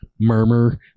Murmur